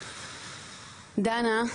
דנה,